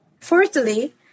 fourthly